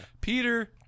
Peter